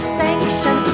sanction